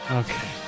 okay